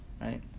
Right